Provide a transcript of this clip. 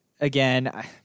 Again